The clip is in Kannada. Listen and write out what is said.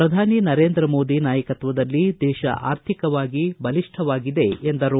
ಪ್ರಧಾನಿ ನರೇಂದ್ರ ಮೋದಿ ನಾಯಕತ್ವದಲ್ಲಿ ದೇಶ ಅರ್ಥಿಕವಾಗಿ ಬಲಿಷ್ಠವಾಗಿದೆ ಎಂದರು